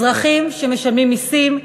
אזרחים שמשלמים מסים,